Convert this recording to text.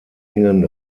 engen